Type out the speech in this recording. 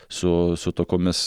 su su tokiomis